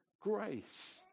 grace